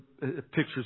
pictures